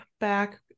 back